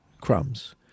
crumbs